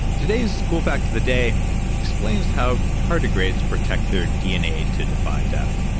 today's cool fact of the day explains how tardigrades protect their dna to defy death.